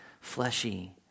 fleshy